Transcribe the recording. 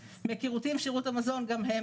מהיכרותי עם שירות המזון, גם הם